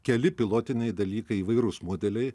keli pilotiniai dalykai įvairūs modeliai